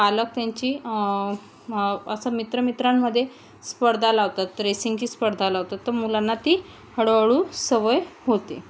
पालक त्यांची असं मित्र मित्रांमध्ये स्पर्धा लावतात रेसिंगची स्पर्धा लावतात तर मुलांना ती हळूहळू सवय होते